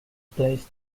placed